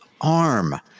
arm